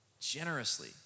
Generously